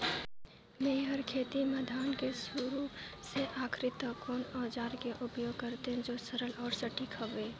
मै हर खेती म धान के शुरू से आखिरी तक कोन औजार के उपयोग करते जो सरल अउ सटीक हवे?